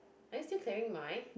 are you still clearing my